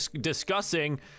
discussing